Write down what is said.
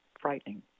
frightening